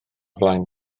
flaen